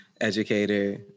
educator